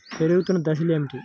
పెరుగుతున్న దశలు ఏమిటి?